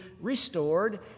restored